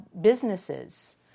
businesses